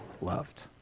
loved